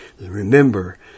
Remember